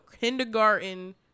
kindergarten